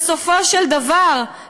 בסופו של דבר,